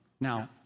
Now